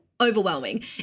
Overwhelming